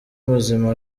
muzima